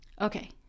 Okay